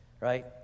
right